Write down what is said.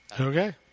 Okay